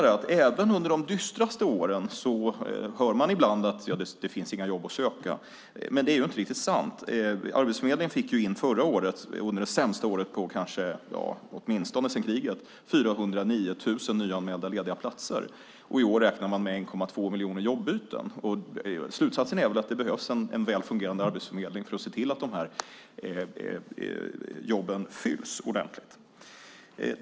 Även under de dystraste åren hör man ibland att det inte finns några jobb att söka. Men det är inte riktigt sant. Arbetsförmedlingen fick förra året, det sämsta året åtminstone sedan kriget, in 409 000 nyanmälda lediga platser. I år räknar man med 1,2 miljoner jobbyten. Slutsatsen är väl att det behövs en väl fungerande arbetsförmedling för att se till att de här jobben fylls ordentligt.